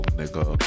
nigga